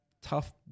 tough